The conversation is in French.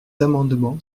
amendement